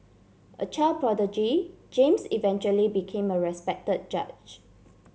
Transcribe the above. a child prodigy James eventually became a respect judge